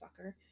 fucker